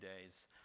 days